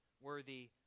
worthy